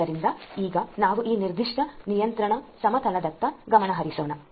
ಆದ್ದರಿಂದ ಈಗ ನಾವು ಈ ನಿರ್ದಿಷ್ಟ ನಿಯಂತ್ರಣ ಸಮತಲದತ್ತ ಗಮನ ಹರಿಸೋಣ